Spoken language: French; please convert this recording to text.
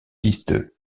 pistes